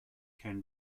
can